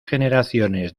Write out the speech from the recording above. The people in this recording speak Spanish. generaciones